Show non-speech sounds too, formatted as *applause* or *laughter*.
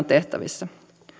*unintelligible* tehtävissä